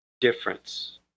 difference